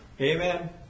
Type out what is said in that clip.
amen